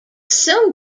soon